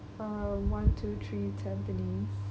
um one two three tampines